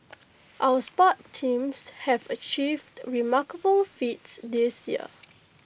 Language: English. our sports teams have achieved remarkable feats this year